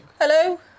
Hello